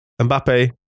Mbappe